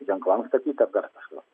ženklams statyt ar dar kažką